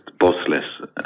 bossless